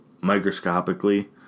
microscopically